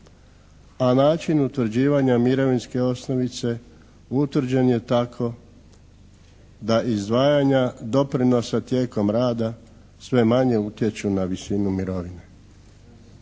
a način utvrđivanja mirovinske osnovice utvrđen je tako da izdvajanja doprinosa tijekom rada sve manje utječu na visinu mirovine.